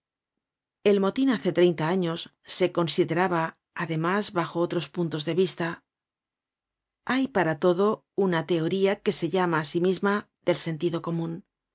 el motin hace treinta años se consideraba además bajo otros puntos de vista hay para todo una teoría que se llama á sí misma del sentido comun